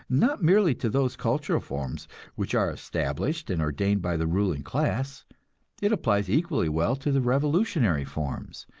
not merely to those cultural forms which are established and ordained by the ruling class it applies equally well to the revolutionary forms,